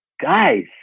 guys